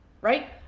right